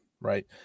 right